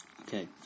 Okay